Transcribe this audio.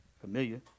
Familiar